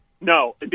no